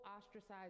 ostracized